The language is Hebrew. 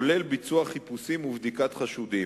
כולל ביצוע חיפושים ובדיקת חשודים.